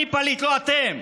אני פליט, לא אתם.